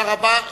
תודה רבה.